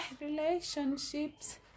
Relationships